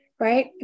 right